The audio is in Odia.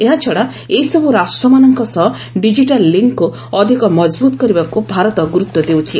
ଏହାଛଡ଼ା ଏସବୁ ରାଷ୍ଟ୍ରମାନଙ୍କ ସହ ଡିଜିଟାଲ୍ ଲିଙ୍କୁ ଅଧିକ ମଜବୁତ୍ କରିବାକୁ ଭାରତ ଗୁରୁତ୍ୱ ଦେଉଛି